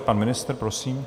Pan ministr, prosím.